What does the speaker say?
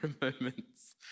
moments